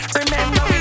remember